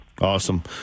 Awesome